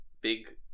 big